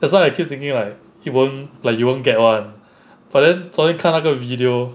that's why I keep thinking like it won't like you won't get [one] but then 昨天看那个 video